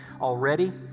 already